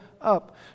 up